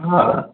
हा